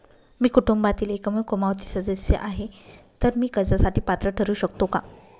मी कुटुंबातील एकमेव कमावती सदस्य आहे, तर मी कर्जासाठी पात्र ठरु शकतो का?